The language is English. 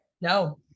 no